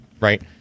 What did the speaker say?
right